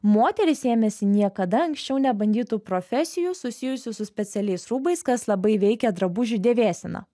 moterys ėmėsi niekada anksčiau nebandytų profesijų susijusių su specialiais rūbais kas labai veikė drabužių dėvėseną